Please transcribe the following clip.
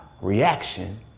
reaction